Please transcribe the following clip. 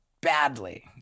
badly